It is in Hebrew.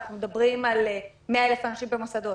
אנחנו מדברים על 100,000 אנשים במוסדות,